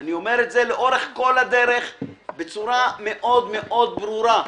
אני אומר את זה לאורך כל הדרך בצורה מאוד-מאוד ברורה.